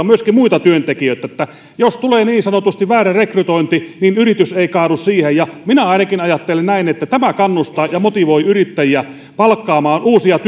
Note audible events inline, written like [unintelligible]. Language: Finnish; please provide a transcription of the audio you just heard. [unintelligible] myöskin muita työntekijöitä että jos tulee niin sanotusti väärä rekrytointi niin yritys ei kaadu siihen minä ainakin ajattelen näin että tämä kannustaa ja motivoi yrittäjiä palkkaamaan uusia [unintelligible]